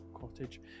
cottage